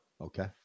Okay